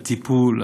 הטיפול,